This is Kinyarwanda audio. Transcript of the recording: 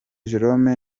jérôme